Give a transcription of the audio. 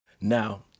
Now